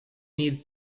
need